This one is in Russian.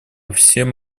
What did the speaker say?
всем